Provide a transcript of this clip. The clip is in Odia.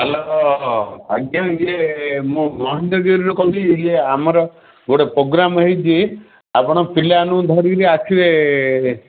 ହ୍ୟାଲୋ ଆଜ୍ଞା ଇଏ ମୁଁ ମହେନ୍ଦ୍ରଗିରିରୁ କହୁଥିଲି ଇଏ ଆମର ଗୋଟେ ପ୍ରୋଗ୍ରାମ୍ ହେଇଛି ଆପଣ ପିଲାମାନଙ୍କୁ ଧରିକି ଆସିବେ